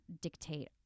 dictate